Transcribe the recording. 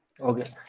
Okay